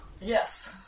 Yes